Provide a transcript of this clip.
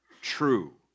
true